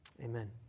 amen